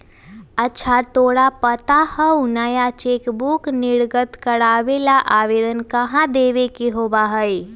अच्छा तोरा पता हाउ नया चेकबुक निर्गत करावे ला आवेदन कहाँ देवे के होबा हई?